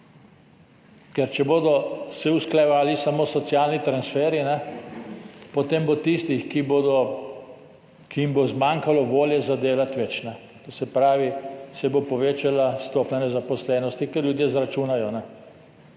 Ker če bodo se usklajevali samo socialni transferji, potem bo tistih, ki jim bo zmanjkalo volje za delati, več. To se pravi, se bo povečala stopnja nezaposlenosti, ker ljudje izračunajo,